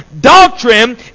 Doctrine